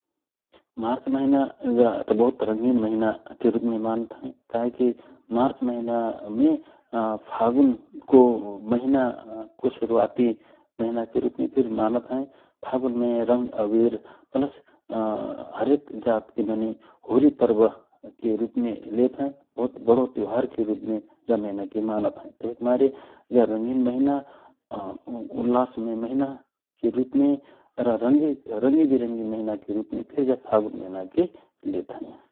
मार्च महिना जा बहुत रंगिन महिना के रूपमे मानत हए, का हेकि मार्च महिना मे फागुन को महिनाको शुरूवाति महिना के रूपमे फिर मानत हए । फागुनमे रंग अविर और हरेक जात के आदमी होरी पर्व के रूपमे खेलत हए । बहुत बडो तिउहारके रूपमे जा महिना के मानत हए । तव हिक मारे जा रंगिन महिना उल्लासमय महिना के रूपमे और रंगि विरंगी महिनाके रूपमे जा महिनाके लेत हए ।